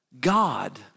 God